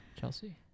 Chelsea